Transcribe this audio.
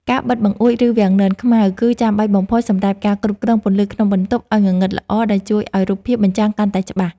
ការបិទបង្អួច ឬវាំងននខ្មៅ គឺចាំបាច់បំផុតសម្រាប់ការគ្រប់គ្រងពន្លឺក្នុងបន្ទប់ឱ្យងងឹតល្អ ដែលជួយឱ្យរូបភាពបញ្ចាំងកាន់តែច្បាស់។